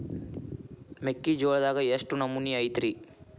ಮೆಕ್ಕಿಜೋಳದಾಗ ಎಷ್ಟು ನಮೂನಿ ಐತ್ರೇ?